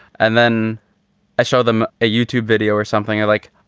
and then i showed them a youtube video or something i like.